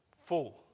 full